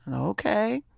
and ok.